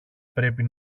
πρέπει